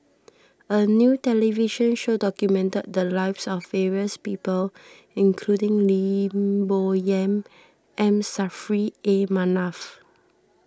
a new television show documented the lives of various people including Lim Bo Yam M Saffri A Manaf